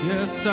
Yes